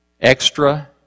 Extra